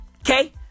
Okay